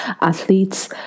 athletes